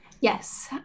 Yes